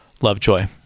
Lovejoy